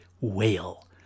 Whale